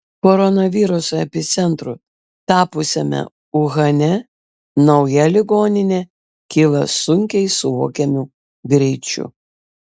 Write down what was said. koronaviruso epicentru tapusiame uhane nauja ligoninė kyla sunkiai suvokiamu greičiu